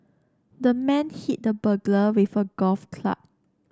the man hit the burglar with a golf club